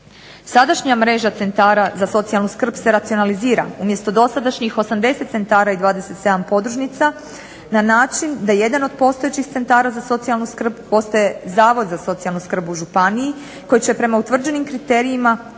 Sadašnja mreža centara za socijalnu skrb se racionalizira umjesto dosadašnjih 80 centara i 27 podružnica na način da jedan od postojećih centara za socijalnu skrb postaje Zavod za socijalnu skrb u županiji koji će prema utvrđenim kriterijima imati